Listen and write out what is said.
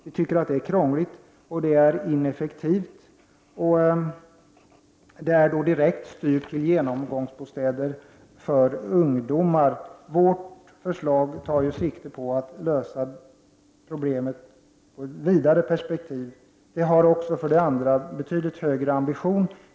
Vi tycker att det är krångligt och ineffektivt. Det stödet är direkt styrt till genomgångsbostäder för ungdomar. Vårt förslag tar sikte på att lösa problemet i ett vidare perspektiv. Det har också en betydligt högre ambition.